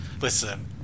listen